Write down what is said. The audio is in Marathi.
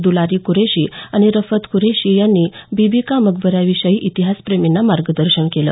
दुलारी कुरैशी आणि रफत कुरैशी यांनी बीबीका मकबऱ्याविषयी इतिहासप्रेमींना मार्गदर्शन केलं